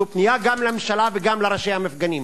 זה פנייה גם לממשלה וגם לראשי המפגינים,